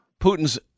Putin's